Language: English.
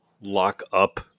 lock-up